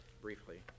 briefly